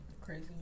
crazy